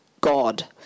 God